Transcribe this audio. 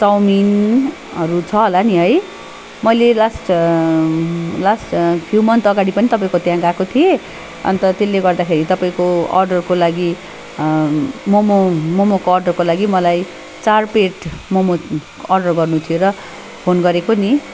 चाउमिनहरू छ होला नि है मैले लास्ट लास्ट फिउ मन्थस अगाडि पनि तपाईँको त्यहाँ गएको थिएँ अन्त त्यसले गर्दाखेरि तपाईँको अर्डरको लागि मोमो मोमोको अर्डरको लागि मलाई चार प्लेट मोमो अर्डर गर्नु थियो र फोन गरेको नि